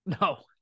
No